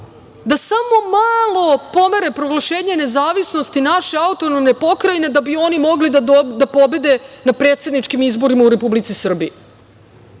da samo malo pomere proglašenje nezavisnosti naše autonomne pokrajine, da bi oni mogli da pobede na predsedničkim izborima u Republici Srbiji. Eto,